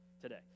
Today